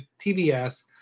TBS